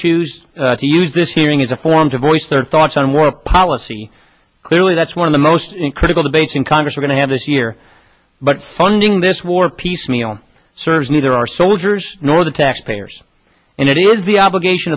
choose to use this hearing is a forum to voice their thoughts on what a policy clearly that's one of the most critical debates in congress are going to have this year but funding this war piecemeal serves neither our soldiers nor the taxpayers and it is the obligation